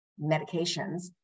medications